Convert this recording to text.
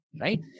Right